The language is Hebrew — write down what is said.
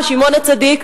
בשמעון-הצדיק,